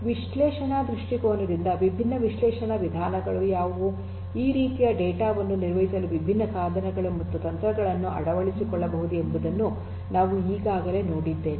ವಿಶ್ಲೇಷಣಾ ದೃಷ್ಟಿಕೋನದಿಂದ ವಿಭಿನ್ನ ವಿಶ್ಲೇಷಣಾ ವಿಧಾನಗಳು ಯಾವುವು ಈ ರೀತಿಯ ಡೇಟಾ ವನ್ನು ನಿರ್ವಹಿಸಲು ವಿಭಿನ್ನ ಸಾಧನಗಳು ಮತ್ತು ತಂತ್ರಗಳನ್ನು ಅಳವಡಿಸಿಕೊಳ್ಳಬಹುದು ಎಂಬುದನ್ನು ನಾವು ಈಗಾಗಲೇ ನೋಡಿದ್ದೇವೆ